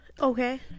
Okay